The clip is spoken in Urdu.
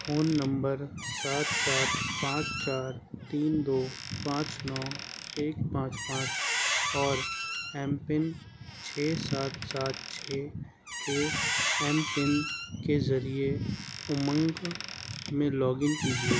فون نمبر سات سات پانچ چار تین دو پانچ نو ایک پانچ پانچ اور ایم پن چھ سات سات چھ کے ایم پن کے ذریعے امنگ میں لاگ ان کیجیے